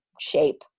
shape